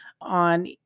on